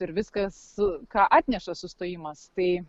ir viskas ką atneša sustojimas tai